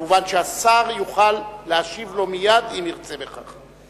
מובן שהשר יוכל להשיב לו מייד, אם ירצה בכך.